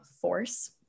force